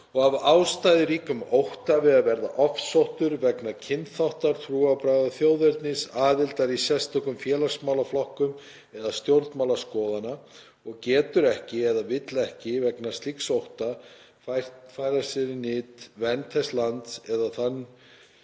„og af ástæðuríkum ótta við að verða ofsóttur vegna kynþáttar, trúarbragða, þjóðernis, aðildar í sérstökum félagsmálaflokkum eða stjórnmálaskoðana, og getur ekki, eða vill ekki, vegna slíks ótta, færa sér í nyt vernd þess lands; eða þann,